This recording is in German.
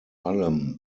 allem